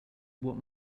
what